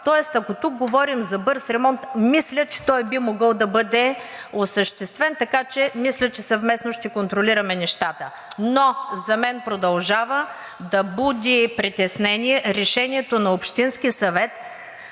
тоест, ако тук говорим за бърз ремонт, мисля, че той би могъл да бъде осъществен, така че мисля, че съвместно ще контролираме нещата. За мен обаче продължава да буди притеснение решението на Общинския съвет,